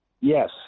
Yes